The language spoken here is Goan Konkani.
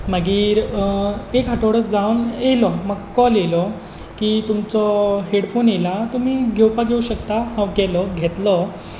मागीर एक आठवडो जावन येयलो म्हाक कॉल येयलो की तुमचो हेडफोन येयला तुमी घेवपाक येवंक शकता हांव गेलों घेतलो